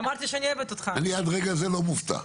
אני עד רגע זה לא מופתע.